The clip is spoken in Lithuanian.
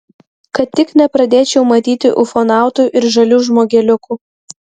kad tik nepradėčiau matyti ufonautų ir žalių žmogeliukų